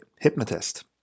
hypnotist